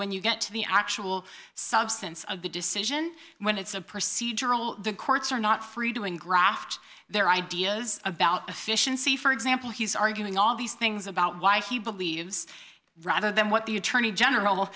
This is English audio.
when you get to the actual substance of the decision when it's a procedural the courts are not free doing graft their ideas about efficiency for example he's arguing all these things about why he believes rather than what the attorney general